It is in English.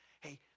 Hey